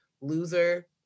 loser